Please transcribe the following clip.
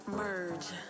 merge